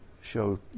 show